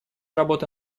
работа